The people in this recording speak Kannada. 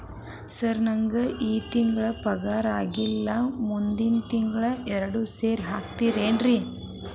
ಸರ್ ನಂಗ ಈ ತಿಂಗಳು ಪಗಾರ ಆಗಿಲ್ಲಾರಿ ಮುಂದಿನ ತಿಂಗಳು ಎರಡು ಸೇರಿ ಹಾಕತೇನ್ರಿ